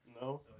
No